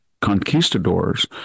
conquistadors